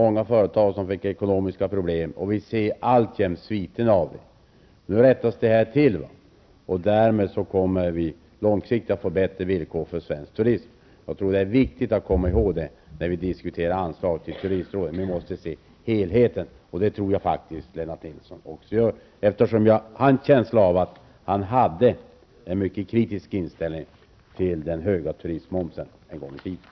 Många företag fick ekonomiska problem, och vi ser alltjämt sviterna av det. Nu rättas detta till, och därmed blir det långsiktigt bättre villkor för svensk turism. Jag tror att det är viktigt att komma ihåg, när vi diskuterar anslag till turistrådet, att det är nödvändigt att se helheten. Det tror jag faktiskt att också Lennart Nilsson gör, för jag har en känsla av att han hade en mycket kritisk inställning till den höga turistmomsen en gång i tiden.